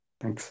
Thanks